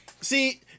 See